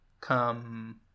come